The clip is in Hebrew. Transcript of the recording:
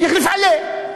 (אומר בשפה הערבית: